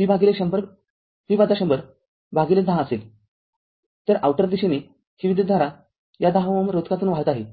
V १०० भागिले १० असेलया बाह्य बाह्य दिशेने ही विद्युतधारा या १० Ω रोधकातून वाहत आहे